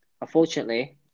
unfortunately